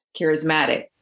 charismatic